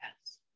Yes